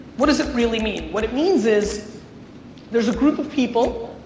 what does it really mean? what it means is there's a group of people,